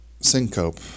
Syncope